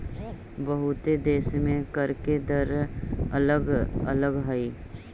बहुते देश में कर के दर अलग अलग हई